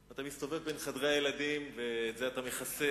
אתה מסתובב בין חדרי הילדים, את זה אתה מכסה